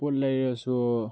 ꯄꯣꯠ ꯂꯩꯔꯁꯨ